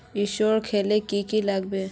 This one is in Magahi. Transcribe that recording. इंश्योरेंस खोले की की लगाबे?